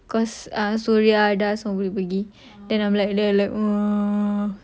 cause err suria dah semua pergi then I'm like left out